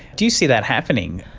do you see that happening?